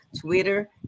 Twitter